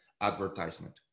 advertisement